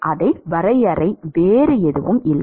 அதே வரையறை வேறு எதுவும் இல்லை